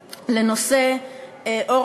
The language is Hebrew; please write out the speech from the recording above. להגיש, כלומר